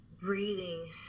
breathing